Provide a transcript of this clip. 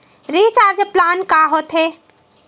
Recharge plan का होथे?